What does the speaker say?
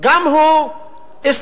שגם הוא אסטרטגי.